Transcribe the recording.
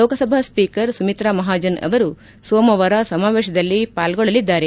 Lok Sabha speaker Sumitra Mahajan ಅವರು ಸೋಮವಾರ ಸಮಾವೇಶದಲ್ಲಿ ಪಾಲ್ಗೊಳ್ಳಲಿದ್ದಾರೆ